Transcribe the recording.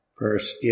Verse